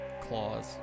claws